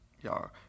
Y'all